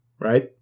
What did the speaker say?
right